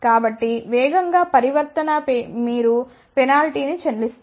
కాబట్టి వేగంగా పరివర్తన మీరు పెనాల్టీని చెల్లిస్తారు